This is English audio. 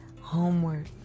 homework